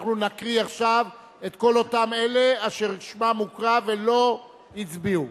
אנחנו נקריא עכשיו את שמות כל אלה אשר שמם הוקרא והם לא הצביעו.